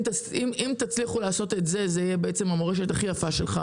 אם תצליחו לעשות את זה זו תהיה מורשת יפה שלך,